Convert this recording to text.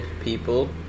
people